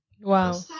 Wow